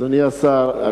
אדוני השר,